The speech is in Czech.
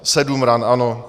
Sedm ran, ano.